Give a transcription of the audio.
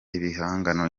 ibihangano